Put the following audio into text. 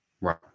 Right